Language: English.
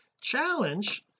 challenge